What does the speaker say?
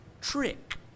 trick